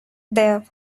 there